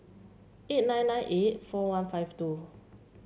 eight nine nine eight four one five two